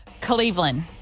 Cleveland